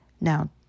Now